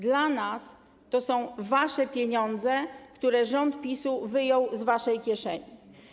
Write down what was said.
Dla nas to są wasze pieniądze, które rząd PiS-u wyjął z waszej kieszeni.